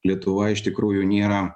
lietuva iš tikrųjų nėra